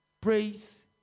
praise